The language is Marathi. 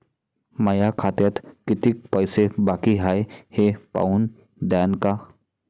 माया खात्यात कितीक पैसे बाकी हाय हे पाहून द्यान का?